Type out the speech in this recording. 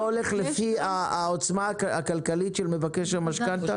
הולך לפי העוצמה הכלכלית של מבקש המשכנתה?